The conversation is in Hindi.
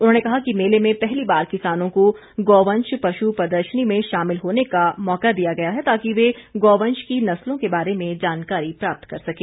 उन्होंने कहा कि मेले में पहली बार किसानों को गौवंश पश् प्रदर्शनी में शामिल होने का मौका दिया गया है ताकि वे गौवंश की नस्लों के बारे में जानकारी प्राप्त कर सकें